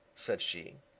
said she.